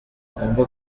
igomba